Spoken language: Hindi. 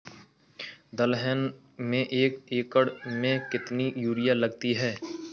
दलहन में एक एकण में कितनी यूरिया लगती है?